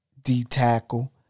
D-Tackle